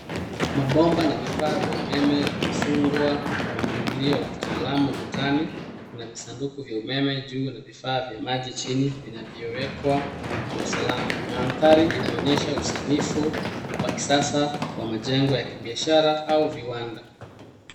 Mabomba na vifaa vya umeme vimefungwa kwa mpangilio wa kitaalamu ukutani. Kuna visanduku vya umeme juu na vifaa vya maji chini vinavyowekwa kwa usalama. Mandhari inaonyesha usanifu wa kisasa wa majengo ya kibiashara au viwanda.